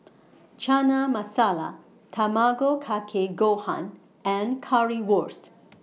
Chana Masala Tamago Kake Gohan and Currywurst